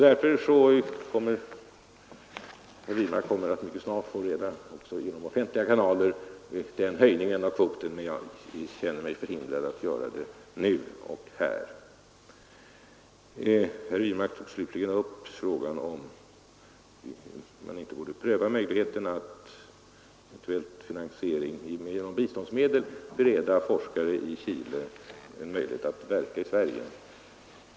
Herr Wirmark kommer att mycket snart, också genom offentliga kanaler, få reda på höjningen av kvoten, men jag känner mig förhindrad att meddela den nu och här. Herr Wirmark tog slutligen upp frågan om man inte borde pröva att eventuellt med biståndsmedel bereda forskare i Chile en möjlighet att verka i Sverige.